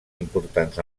importants